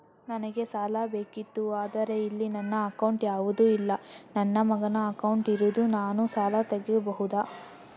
ನನಗೆ ಸಾಲ ಬೇಕಿತ್ತು ಆದ್ರೆ ಇಲ್ಲಿ ನನ್ನ ಅಕೌಂಟ್ ಯಾವುದು ಇಲ್ಲ, ನನ್ನ ಮಗನ ಅಕೌಂಟ್ ಇರುದು, ನಾನು ಸಾಲ ತೆಗಿಬಹುದಾ?